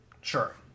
Sure